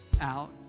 out